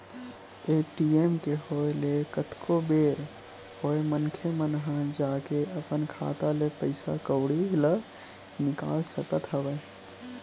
ATM के होय ले कतको बेर होय मनखे मन ह जाके अपन खाता ले पइसा कउड़ी ल निकाल सकत हवय